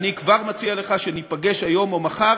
אני כבר מציע לך שניפגש היום או מחר,